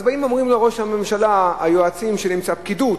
אז באים ואומרים לראש הממשלה, היועצים, הפקידות,